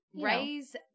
Raise